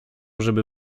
żeby